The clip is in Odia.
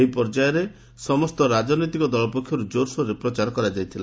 ଏହି ପର୍ଯ୍ୟାୟରେ ସମସ୍ତ ରାଜନୈତିକ ଦଳପକ୍ଷରୁ ଜୋରସୋରରେ ପ୍ରଚାର କରାଯାଇଥିଲା